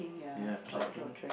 ya trekking